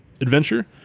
adventure